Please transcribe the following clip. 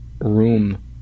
room